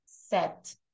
set